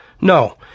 No